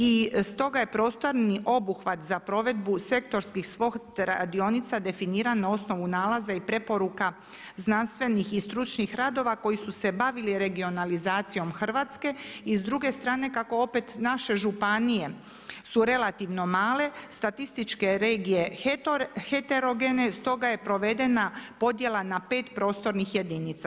I stoga je prostorni obuhvat za provedbu sektorskih SWOT radionica definiran na osnovu nalaza i preporuka znanstvenih i stručnih radova koji su se bavili regionalizacijom Hrvatske i s druge strane kako opet naše županije su relativno male, statističke regije heterogene, stoga je provedena podjela na 5 prostornih jedinica.